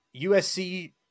USC